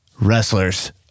wrestlers